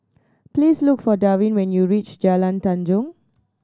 please look for Darwin when you reach Jalan Tanjong